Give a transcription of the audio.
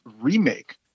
remake